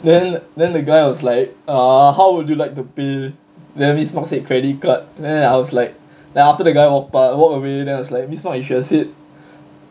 then then the guy was like err how would you like to pay then miss mak said credit card then I was like then after the guy walk pa~ walk away then I was like miss mak you should have said